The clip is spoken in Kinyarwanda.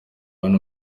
hano